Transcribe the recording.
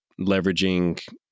leveraging